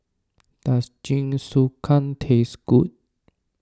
does Jingisukan taste good